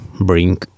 bring